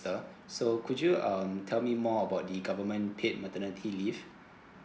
so could you um tell me more about the government paid maternity leave